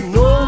no